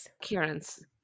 Kieran's